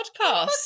podcast